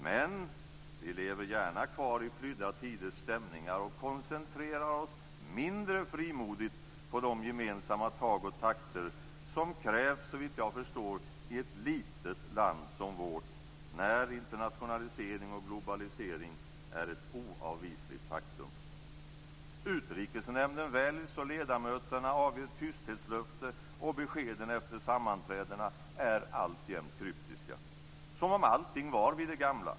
Men vi lever gärna kvar i flydda tiders stämningar och koncentrerar oss mindre frimodigt på de gemensamma tag och takter som krävs, såvitt jag förstår, i ett litet land som vårt när internationalisering och globalisering är ett oavvisligt faktum. Utrikesnämnden väljs och ledamöterna avger tysthetslöfte, och beskeden efter sammanträdena är alltjämt kryptiska - som om allting var vid det gamla.